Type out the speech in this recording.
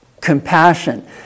compassion